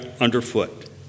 underfoot